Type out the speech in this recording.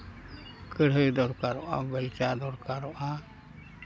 ᱠᱟᱹᱲᱦᱟᱹᱭ ᱫᱚᱨᱠᱟᱨᱚᱜᱼᱟ ᱵᱮᱞᱪᱟ ᱫᱚᱨᱠᱟᱨᱚᱜᱼᱟ